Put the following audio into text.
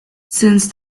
since